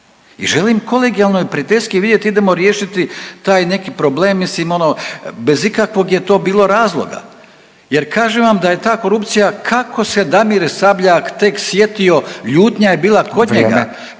I želim kolegijalno i prijateljski vidjeti, idemo riješiti taj neki problem, mislim ono bez ikakvog je to bilo razloga. Jer kažem vam da je ta korupcija kako se Damir Sabljak tek sjetio, ljutnja je bila kod njega